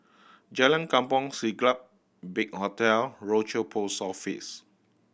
Jalan Kampong Siglap Big Hotel Rochor Post Office